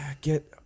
get